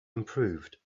improved